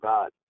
God